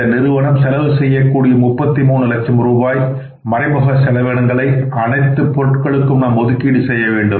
இந்த நிறுவனம் செலவு செய்யக்கூடிய 33 லட்சம் ரூபாய் மறைமுக செலவினங்களை அனைத்து பொருட்களுக்கும் நாம் ஒதுக்கீடு செய்ய வேண்டும்